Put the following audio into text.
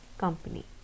Company